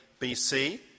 BC